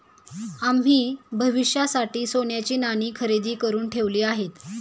आम्ही भविष्यासाठी सोन्याची नाणी खरेदी करुन ठेवली आहेत